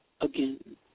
again